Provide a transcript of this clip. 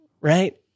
Right